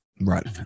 Right